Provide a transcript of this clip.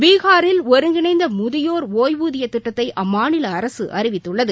பீகாரில் ஒருங்கிணைந்த முதியோா் ஒய்வூதியத் திட்டத்தை அம்மாநில அரசு அறிவித்துள்ளது